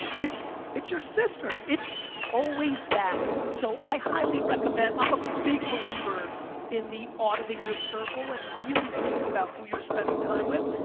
it's it's your sister. it's always that so i highly recommend, i'm a big believer in the auditing your circle and really thinking about who you're spending time with.